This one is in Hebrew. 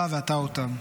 אותך ואתה אותם.